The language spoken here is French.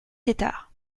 tetart